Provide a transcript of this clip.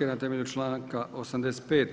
na temelju članka 85.